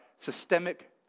Systemic